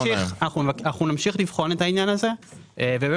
שאנחנו נמשיך לבחון את העניין הזה ובאמת